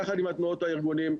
יחד עם התנועות והארגונים,